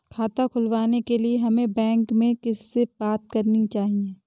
खाता खुलवाने के लिए हमें बैंक में किससे बात करनी चाहिए?